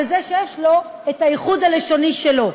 בזכות זה שיש לו הייחוד הלשוני שלו.